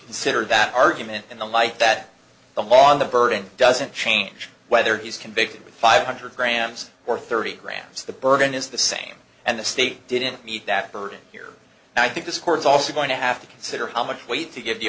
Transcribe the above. consider that argument in the light that the law on the burden doesn't change whether he's convicted five hundred grams or thirty grams the burden is the same and the state didn't meet that burden here and i think this court is also going to have to consider how much weight to give the